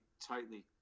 tightly